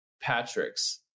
Patrick's